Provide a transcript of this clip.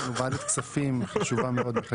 יש לנו ועדת כספים חשובה מאוד שמחכה לנו.